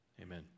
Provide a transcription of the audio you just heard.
Amen